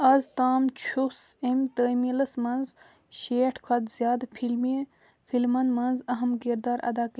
آز تام چھُس اَمہِ تٲمیٖلَس منٛز شیٹھ کھۄتہٕ زیادٕ فِلمہِ فِلمن منٛز اَہم کِردار اَدا